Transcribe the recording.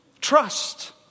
Trust